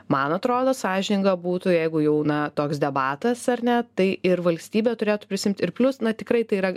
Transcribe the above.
man atrodo sąžininga būtų jeigu jau na toks debatas ar ne tai ir valstybė turėtų prisiimt ir plius na tikrai tai yra